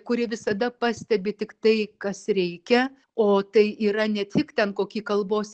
kuri visada pastebi tik tai kas reikia o tai yra ne tik ten kokį kalbos